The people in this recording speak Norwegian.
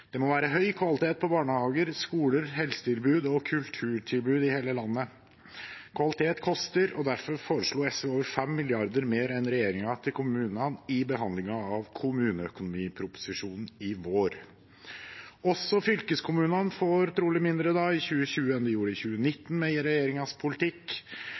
Det må være høy kvalitet på barnehager, skoler, helsetilbud og kulturtilbud i hele landet. Kvalitet koster, og derfor foreslo SV over 5 mrd. kr mer enn regjeringen til kommunene i behandlingen av kommuneproposisjonen i vår. Også fylkeskommunene får trolig mindre i 2020 enn de gjorde i 2019 med regjeringens politikk.